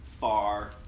far